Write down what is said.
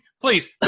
please